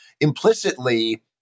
implicitly